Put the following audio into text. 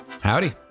Howdy